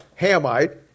Hamite